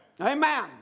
Amen